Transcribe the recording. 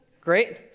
great